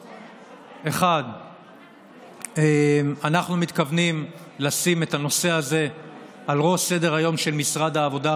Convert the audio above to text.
1. אנחנו מתכוונים לשים את הנושא הזה בראש סדר-היום של משרד העבודה,